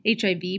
HIV